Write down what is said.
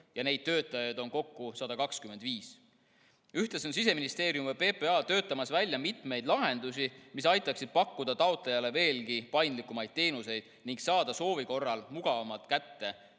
ja neid töötajaid on kokku 125. Ühtlasi on Siseministeerium ja PPA töötamas välja mitmeid lahendusi, mis aitaksid pakkuda taotlejale veelgi paindlikumaid teenuseid ning saada soovi korral dokumenti